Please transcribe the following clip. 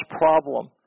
problem